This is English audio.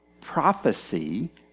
prophecy